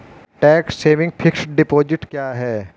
Tax saving fixed deposit क्या है?